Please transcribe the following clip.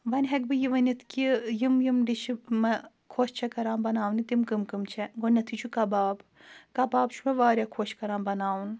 وَنہِ ہٮ۪کہٕ بہٕ یہِ ؤنِتھ کہِ یِم یِم ڈِشہِ مےٚ خۄش چھےٚ کَران بَناونہِ تِم کَم کَم چھےٚ گۄڈنٮ۪تھٕے چھُ کَباب کَباب چھُ مےٚ واریاہ خۄش کَران بَناوُن